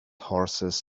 horses